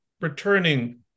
returning